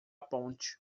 ponte